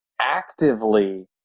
actively